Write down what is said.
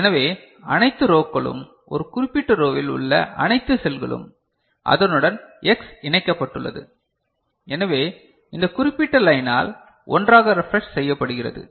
எனவே அனைத்து ரோக்களும் ஒரு குறிப்பிட்ட ரோவில் உள்ள அனைத்து செல்களும் அதனுடன் X இணைக்கப்பட்டுள்ளது எனவே இந்த குறிப்பிட்ட லைனால் ஒன்றாக ரெப்ரெஷ் செய்யப்படுகிறது